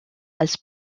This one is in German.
als